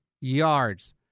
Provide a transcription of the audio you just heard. yards